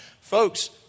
Folks